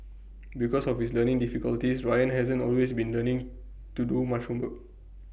because of his learning difficulties Ryan hasn't always been learning to do much homework